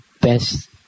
best